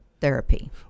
therapy